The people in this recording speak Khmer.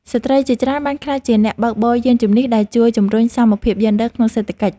ស្ត្រីជាច្រើនបានក្លាយជាអ្នកបើកបរយានជំនិះ ដែលជួយជំរុញសមភាពយេនឌ័រក្នុងសេដ្ឋកិច្ច។